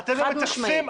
חד משמעית.